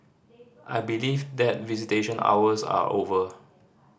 I believe that visitation hours are over